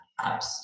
apps